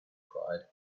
cried